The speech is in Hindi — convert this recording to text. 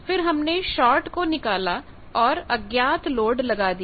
फिर हमने शार्ट को निकाला और अज्ञात लोड को लगा दिया